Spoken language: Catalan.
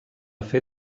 fer